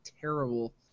terrible